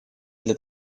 для